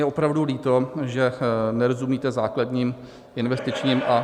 Mně je opravdu líto, že nerozumíte základním investičním a...